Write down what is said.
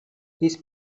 his